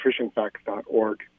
nutritionfacts.org